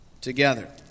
together